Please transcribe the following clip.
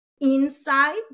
inside